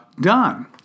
done